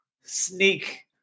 sneak